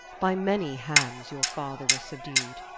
by many hands your father was subdu'd,